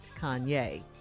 Kanye